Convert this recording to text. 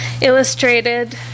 illustrated